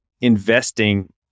investing